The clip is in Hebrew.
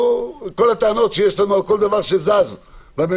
כל הטענות שיש לנו על כל דבר שזז בממשלה,